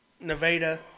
Nevada